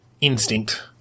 instinct